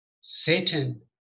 Satan